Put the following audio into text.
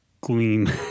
gleam